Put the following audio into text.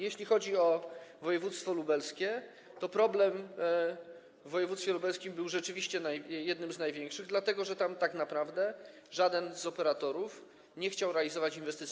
Jeśli chodzi o województwo lubelskie, to problem w województwie lubelskim był rzeczywiście jednym z największych, dlatego że tam tak naprawdę żaden z operatorów nie chciał realizować inwestycji.